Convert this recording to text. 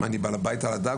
אני בעל הבית על הדג,